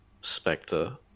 Spectre